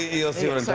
you'll see what